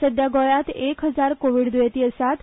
सध्या गोंयांत एक हजार कोव्हीड दुयेंती आसात